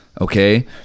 okay